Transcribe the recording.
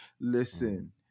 Listen